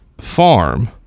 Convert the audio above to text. farm